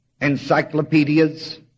encyclopedias